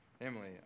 Emily